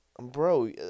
Bro